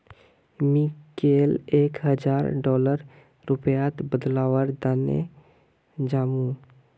मी कैल एक हजार डॉलरक रुपयात बदलवार तने जामु